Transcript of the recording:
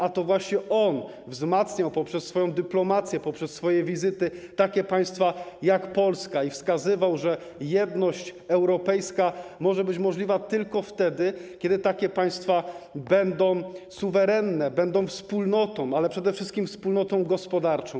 A to właśnie on wzmacniał poprzez swoją dyplomację, poprzez swoje wizyty takie państwa jak Polska i wskazywał, że jedność europejska może być możliwa tylko wtedy, kiedy takie państwa będą suwerenne, będą wspólnotą, ale przede wszystkim wspólnotą gospodarczą.